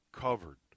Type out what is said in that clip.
covered